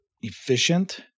efficient